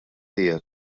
tiegħek